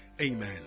amen